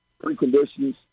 preconditions